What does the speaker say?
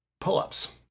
pull-ups